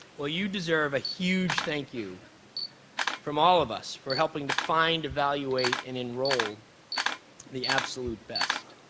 well you deserve a huge thank you from all of us for helping to find, evaluate and enroll the absolute best.